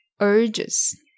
urges